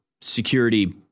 security